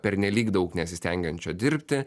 pernelyg daug nesistengiančio dirbti